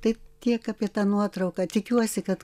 tai tiek apie tą nuotrauką tikiuosi kad